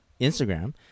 Instagram